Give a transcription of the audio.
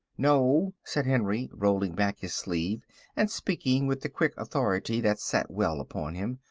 no, said henry, rolling back his sleeve and speaking with the quick authority that sat well upon him,